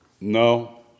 No